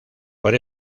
por